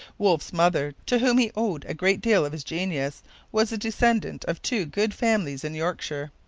wolfe's mother, to whom he owed a great deal of his genius was a descendant of two good families in yorkshire.